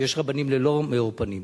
ויש רבנים ללא מאור פנים,